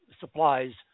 supplies